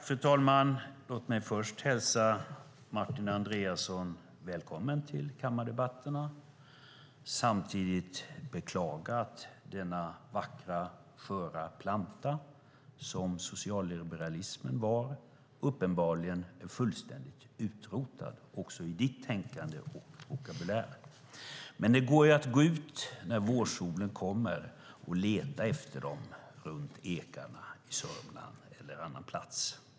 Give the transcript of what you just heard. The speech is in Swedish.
Fru talman! Låt mig först hälsa Martin Andreasson välkommen till kammardebatterna och samtidigt beklaga att den vackra, sköra planta som socialliberalismen var uppenbarligen är fullständigt utrotad, också i ditt tänkande och din vokabulär. Men det går ju att gå ut när vårsolen kommer och leta efter den runt ekarna i Sörmland eller på annan plats.